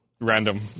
random